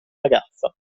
ragazza